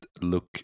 look